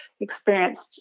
experienced